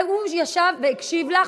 הוא ישב והקשיב לך,